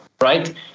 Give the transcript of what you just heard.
Right